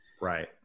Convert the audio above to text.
Right